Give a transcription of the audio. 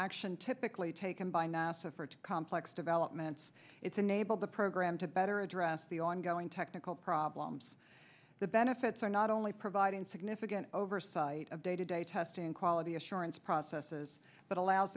action typically taken by nasa for to complex developments it's enabled the program to better address the ongoing technical problems the benefits are not only providing significant oversight of day to day testing and quality assurance processes but allows